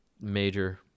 Major